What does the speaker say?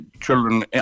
children